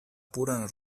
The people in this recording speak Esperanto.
puran